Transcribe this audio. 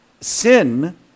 sin